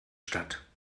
statt